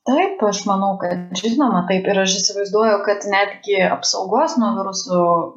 taip aš manau kad žinoma taip ir aš įsivaizduoju kad netgi apsaugos nuo virusų